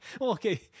okay